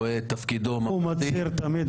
הוא מצהיר תמיד על זה.